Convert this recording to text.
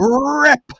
Rip